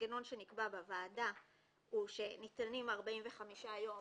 המנגנון שנקבע בוועדה הוא שניתנים 45 יום